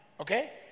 Okay